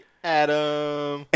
Adam